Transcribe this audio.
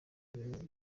ibintu